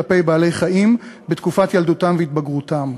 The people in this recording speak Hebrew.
כלפי בעלי-חיים בתקופת ילדותם והתבגרותם.